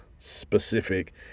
specific